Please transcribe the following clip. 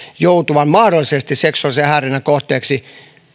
joutuvan mahdollisesti seksuaalisen häirinnän kohteeksi